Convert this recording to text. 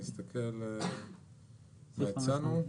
אני אסתכל מה הצענו: